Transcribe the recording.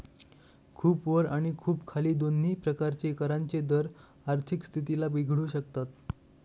खूप वर आणि खूप खाली दोन्ही प्रकारचे करांचे दर आर्थिक स्थितीला बिघडवू शकतात